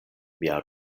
mia